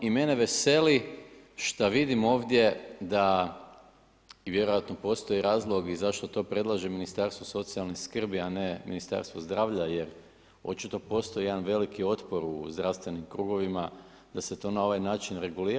I mene veseli što vidim ovdje da i vjerojatno postoji razlog zašto to predlaže Ministarstvo socijalne skrbi, a ne Ministarstvo zdravlja, jer očito postoji jedan veliki otpor u zdravstvenim krugovima, da se to na ovaj način regulira.